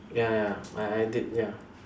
ya ya I I did ya